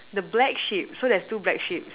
the black sheep so there's two black sheeps